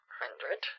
hundred